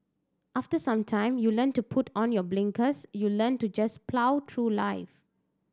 after some time you learn to put on your blinkers you learn to just plough through life